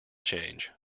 change